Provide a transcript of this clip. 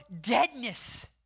deadness